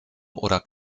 oder